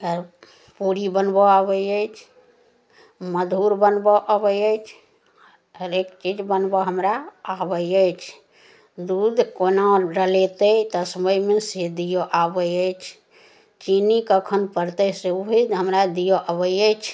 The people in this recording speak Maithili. फेर पूड़ी बनबऽ आबै अछि मधुर बनबऽ आबै अछि हरेक चीज बनबऽ हमरा आबै अछि दूध कोना डलेतै तस्मैमे से दिअऽ आबै अछि चीनी कखन पड़तै से भी हमरा दिअऽ आबै अछि